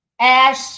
Ash